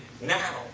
now